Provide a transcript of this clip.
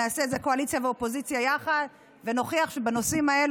נעשה את זה קואליציה ואופוזיציה יחד ונוכיח שבנושאים האלה